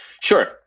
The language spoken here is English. Sure